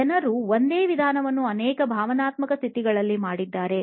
ಜನರು ಒಂದೇ ವಿಧಾನವನ್ನು ಅನೇಕ ಭಾವನಾತ್ಮಕ ಸ್ಥಿತಿಗಳಲ್ಲಿ ಮಾಡಿದ್ದಾರೆ